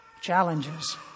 challenges